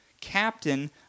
captain